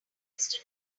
norton